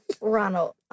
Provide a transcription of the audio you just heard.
Ronald